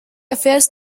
affairs